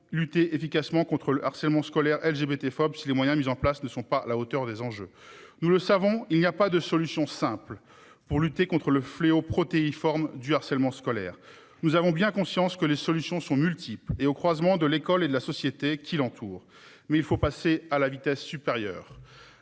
lutter efficacement contre le harcèlement scolaire LGBT phobies. Si les moyens mis en place ne sont pas à la hauteur des enjeux, nous le savons, il n'y a pas de solution simple pour lutter contre le fléau protéiforme du harcèlement scolaire. Nous avons bien conscience que les solutions sont multiples et au croisement de l'école et de la société qui l'entoure. Mais il faut passer à la vitesse supérieure.